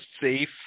safe